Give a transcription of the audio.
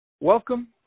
welcome